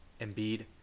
Embiid